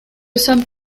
sommes